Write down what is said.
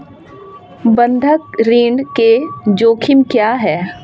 बंधक ऋण के जोखिम क्या हैं?